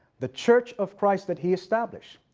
the church of christ that he established?